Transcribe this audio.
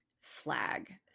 flag